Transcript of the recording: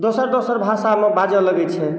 दोसर दोसर भाषा मे बाजऽ लगै छनि